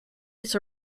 its